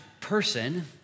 person